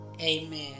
Amen